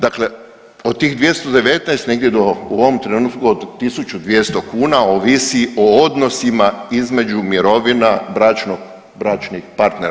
Dakle od tih 219 negdje do u ovom trenutku od 1200 kuna ovisi o odnosima između mirovina bračnih partnera.